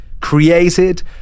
created